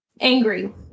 angry